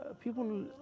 people